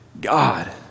God